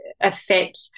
affect